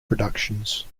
productions